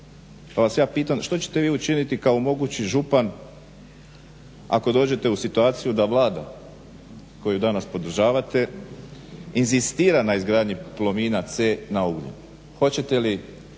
pa vas ja pitam što ćete vi učiniti kao mogući župan ako dođete u situaciju da Vlada koju danas podržavate inzistira na izgradnji Plomina C na ugljen? Hoćete li